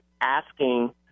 asking